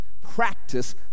Practice